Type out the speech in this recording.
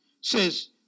says